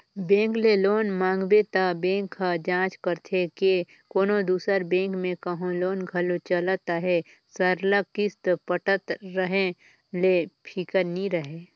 bank ले loan मांगबे त बेंक ह जांच करथे के कोनो दूसर बेंक में कहों लोन घलो चलत अहे सरलग किस्त पटत रहें ले फिकिर नी रहे